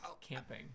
camping